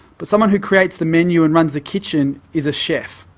but someone who creates the menu and runs the kitchen is a chef.